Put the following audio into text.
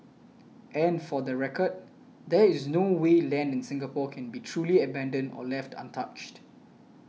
and for the record there is no way land in Singapore can be truly abandoned or left untouched